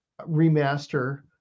remaster